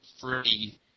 free